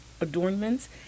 adornments